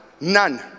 none